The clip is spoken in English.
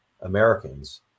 americans